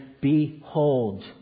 behold